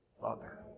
Father